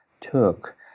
took